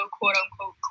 quote-unquote